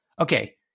Okay